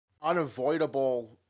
unavoidable